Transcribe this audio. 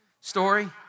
story